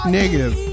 negative